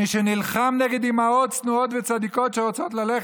מי שנלחם נגד אימהות צנועות וצדיקות שרוצות לשלוח